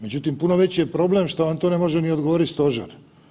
Međutim, puno veći je problem što vam to ne može ni odgovorit stožer.